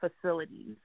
facilities